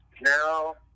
Now